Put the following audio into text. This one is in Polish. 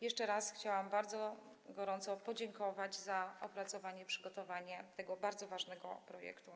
Jeszcze raz chciałam bardzo podziękować za opracowanie, przygotowanie tego bardzo ważnego projektu.